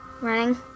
Running